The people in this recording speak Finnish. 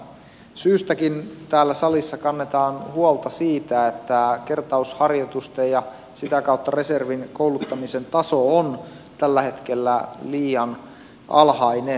syystäkin täällä salissa kannetaan huolta siitä että kertausharjoitusten ja sitä kautta reservin kouluttamisen taso on tällä hetkellä liian alhainen